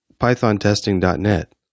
pythontesting.net